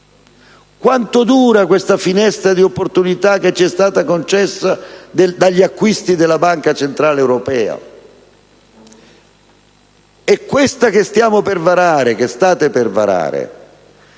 quando durerà questa finestra di opportunità che c'è stata concessa dagli acquisti della Banca centrale europea? E ancora: questa manovra che state per varare